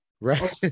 right